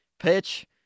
pitch